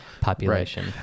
population